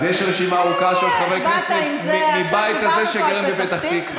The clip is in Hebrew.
אז יש רשימה ארוכה של חברי כנסת מהבית הזה שגרים בפתח תקווה.